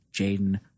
Jaden